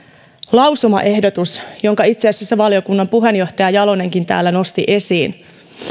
lausumaehdotus jonka itse asiassa valiokunnan puheenjohtaja jalonenkin täällä nosti esiin